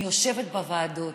אני יושבת בוועדות,